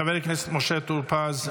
חבר הכנסת משה טור פז,